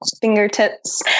fingertips